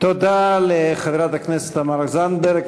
תודה לחברת הכנסת תמר זנדברג.